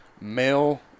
Male